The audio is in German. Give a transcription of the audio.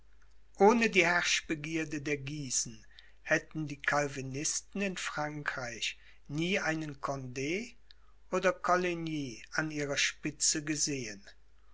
ohne die herrschbegierde der guisen hätten die calvinisten in frankreich nie einen cond oder coligny an ihrer spitze gesehen